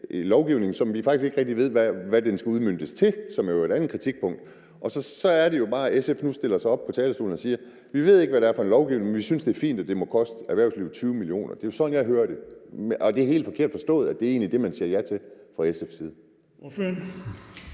lovgivning, som vi faktisk ikke rigtig ved hvad skal udmøntes til, og det er jo et andet kritikpunkt. Og så er det jo bare, at SF's ordfører nu stiller sig op på talerstolen og siger: Vi ved ikke, hvad det er for en lovgivning, men vi synes, det er fint, at det må koste erhvervslivet 20 mio. kr. Det er sådan, jeg hører det. Er det helt forkert forstået, at det egentlig er det, man siger ja til fra SF's side?